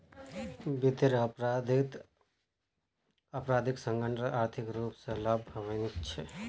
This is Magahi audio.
वित्तीयेर अपराधत आपराधिक संगठनत आर्थिक रूप स लाभान्वित हछेक